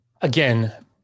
again